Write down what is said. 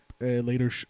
later